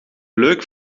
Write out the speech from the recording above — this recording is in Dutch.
leuk